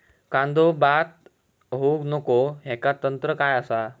कांदो बाद होऊक नको ह्याका तंत्र काय असा?